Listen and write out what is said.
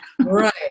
Right